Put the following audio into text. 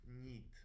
need